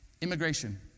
Immigration